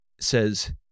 says